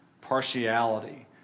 partiality